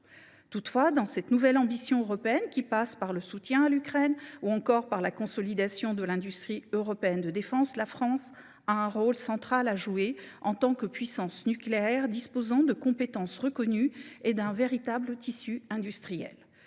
Toutefois, dans cette nouvelle ambition européenne, qui passe par le soutien à l’Ukraine ou encore par la consolidation de l’industrie européenne de défense, la France a un rôle central à jouer en tant que puissance nucléaire disposant de compétences reconnues et d’un véritable tissu industriel.